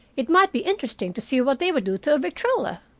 it might be interesting to see what they would do to a victrola.